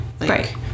Right